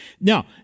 Now